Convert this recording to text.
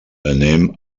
anem